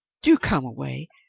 do come away.